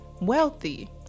wealthy